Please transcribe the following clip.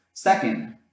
Second